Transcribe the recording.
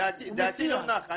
דעתי לא נחה.